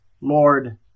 Lord